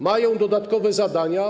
Mają dodatkowe zadania.